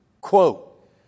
quote